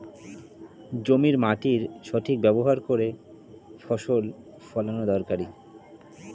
জমির মাটির সঠিক ব্যবহার করে ফসল ফলানো দরকারি